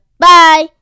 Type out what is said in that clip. Bye